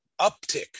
uptick